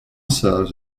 serves